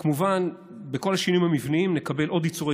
וכמובן עם כל השינויים המבניים נקבל עוד עיצורי